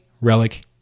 Relic